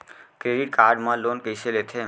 Credit card मा loan कइसे लेथे?